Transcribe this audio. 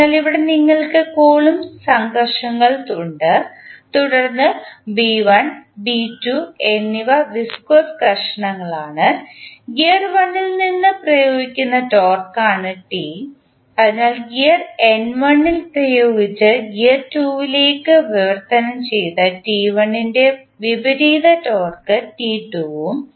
അതിനാൽ ഇവിടെ നിങ്ങൾക്ക് കുളമ്ബ്സ് സംഘർഷങ്ങൾ ഉണ്ട് തുടർന്ന് ബി 1 ബി 2 എന്നിവ വിസ്കോസ് ഘർഷണങ്ങളാണ് ഗിയർ 1 ൽ നിന്ന് പ്രയോഗിക്കുന്ന ടോർക്കാണ് ടി അതിനാൽ ഗിയർ എൻ 1 ൽ പ്രയോഗിച്ച് ഗിയർ 2 ലേക്ക് വിവർത്തനം ചെയ്ത ടി 1 നിൻറെ വിപരീത ടോർക്ക് ടി 2 ഉം